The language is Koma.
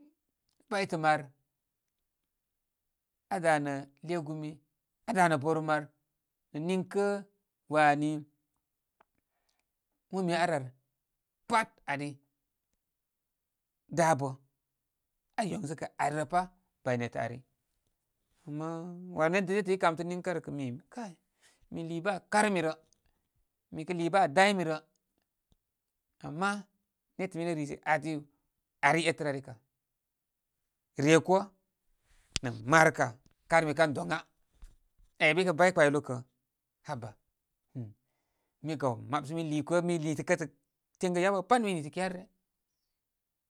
Doytə' maar. A da' nə', gegumi a da' nə' bərmər. Ninkə wani enə abarr abarr pat ari dabə aa yonsəkə' ari rə pa, bay netə ari. Amə netətə' i kam tə ninkə' ar kə' min kay mi lii bə' aa karmi rə, mikə lii bə aa daymi rə. Ama ne'tə' minə rishe adi ari etər ari kabar, rye koo nə' maar kə' karmi kan dona. kə' haba rim mi gaw mab sə mi liikoo mi nitə' kə'tə', tengə yabə ai pa't mi nitə' kyarere.